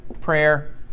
prayer